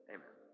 Amen